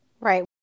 Right